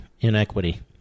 inequity